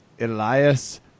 Elias